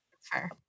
fair